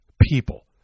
people